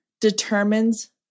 determines